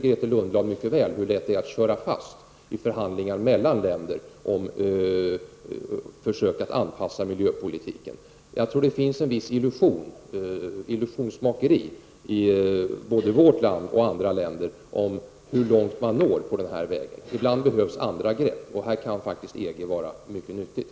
Grethe Lundblad vet ju hur lätt det är att köra fast i förhandlingar mellan länder om anpassning av miljöpolitiken. Jag tror att det finns ett visst illusionsmakeri både i vårt land och i andra länder om hur långt man når på den här vägen. Ibland behövs andra grepp, och här kan EG faktiskt vara mycket nyttigt.